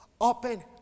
Open